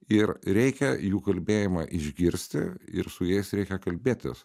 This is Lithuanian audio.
ir reikia jų kalbėjimą išgirsti ir su jais reikia kalbėtis